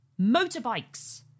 motorbikes